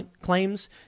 claims